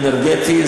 אנרגטי,